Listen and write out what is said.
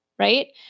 right